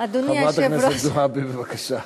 חברת הכנסת זועבי, בבקשה.